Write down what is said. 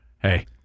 Hey